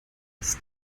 als